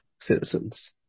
citizens